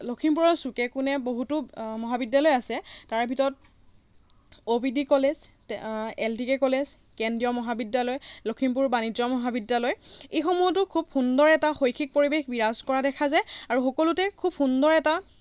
লখিমপুৰৰ চুকে কোণে বহুতো মহাবিদ্য়ালয় আছে তাৰ ভিতৰত O P D college L T K college কেন্দ্ৰীয় মহাবিদ্যালয় লখিমপুৰ বাণিজ্য মহাবিদ্যালয় এইসমূহতো খুব সুন্দৰ এটা শৈক্ষিক পৰিৱেশ বিৰাজ কৰা দেখা যায় আৰু সকলোতে খুব সুন্দৰ এটা